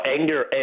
anger